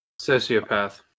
Sociopath